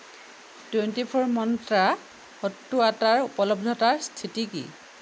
twenty four Mantra সত্তু আটাৰ উপলব্ধতাৰ স্থিতি কি